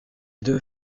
deux